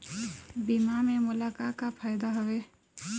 बीमा से मोला का का फायदा हवए?